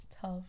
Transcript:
tough